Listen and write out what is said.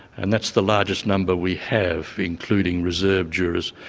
and that's the largest number we have, including reserve jurors.